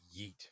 Yeet